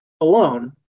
alone